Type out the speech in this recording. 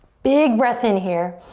big breath in here.